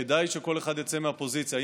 כדאי שהכול יצא מהפוזיציה.